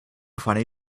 funny